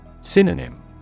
Synonym